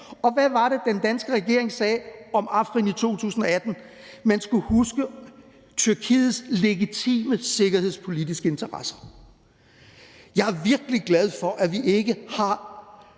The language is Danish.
Og hvad var det, den danske regering sagde om Afrin i 2018? Man skulle huske Tyrkiets legitime sikkerhedspolitiske interesser. Jeg er virkelig glad for, at vi ikke har